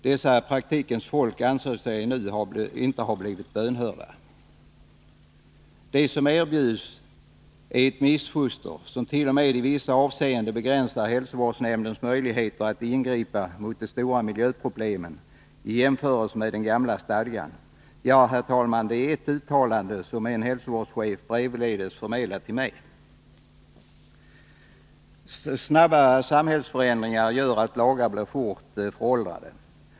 Dessa praktikens män och kvinnor anser sig nu inte ha blivit bönhörda. Det som erbjuds är ett missfoster som t.o.m. i vissa avseenden begränsar hälsovårdsnämndens möjligheter att ingripa mot de stora miljöproblemen i jämförelse med den gamla stadgan — det, herr talman, är ett uttalande som en hälsovårdschef brevledes förmedlat till mig. Snabba samhällsförändringar gör att lagar blir fort föråldrade.